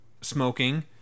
smoking